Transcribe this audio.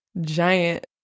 giant